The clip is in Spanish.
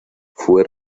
fue